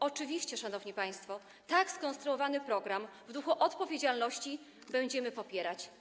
Oczywiście, szanowni państwo, tak skonstruowany program w duchu odpowiedzialności będziemy popierać.